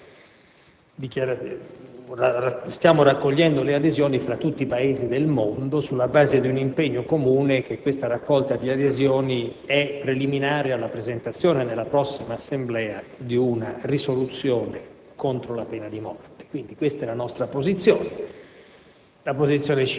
per l'abrogazione della pena di morte e per la moratoria nell'esecuzione delle sentenze. Stiamo raccogliendo adesioni fra tutti i Paesi del mondo sulla base di un impegno comune e cioè che questa raccolta di adesioni sia preliminare alla presentazione, nella prossima Assemblea dell'ONU, di una risoluzione